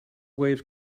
waves